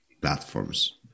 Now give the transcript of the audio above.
platforms